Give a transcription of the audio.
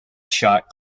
shot